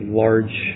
large